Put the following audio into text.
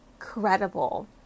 incredible